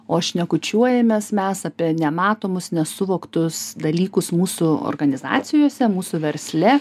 o šnekučiuojamės mes apie nematomus nesuvoktus dalykus mūsų organizacijose mūsų versle